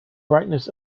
brightness